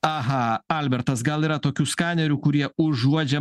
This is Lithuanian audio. aha albertas gal yra tokių skanerių kurie užuodžia